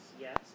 yes